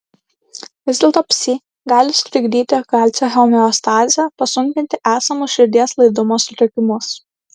vis dėlto psi gali sutrikdyti kalcio homeostazę pasunkinti esamus širdies laidumo sutrikimus